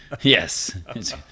yes